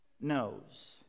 knows